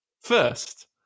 first